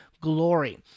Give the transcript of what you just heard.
glory